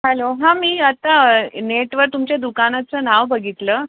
hello हां मी आता नेटवर तुमच्या दुकानाचं नाव बघितलं